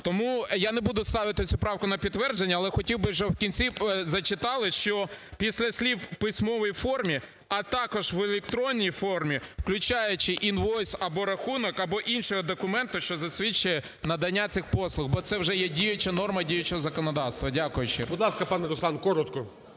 Тому я не буду ставити цю правку на підтвердження, але хотів би, щоб в кінці зачитали, що після слів "в письмовій формі, а також в електронній формі, включаючи інвойс або рахунок, або іншого документу, що засвідчує надання цих послуг", бо це вже є діюча норма діючого законодавства". Дякую.